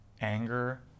anger